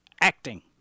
acting